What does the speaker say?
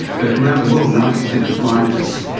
but around the world ninety percent of blindness,